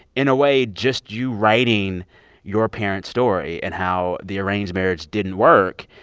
in a way, just you writing your parents' story and how the arranged marriage didn't work,